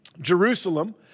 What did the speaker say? Jerusalem